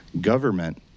government